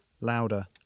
louder